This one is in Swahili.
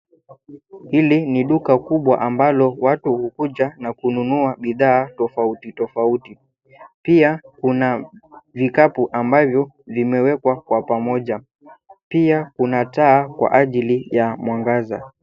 Hili ni duka kubwa ambalo watu hukuja na kununua bidhaa tofauti tofauti. Pia, kuna vikapu ambavyo vimewekwa kwa pamoja. Pia, kuna taa kwa ajili ya mwangaza.